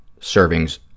servings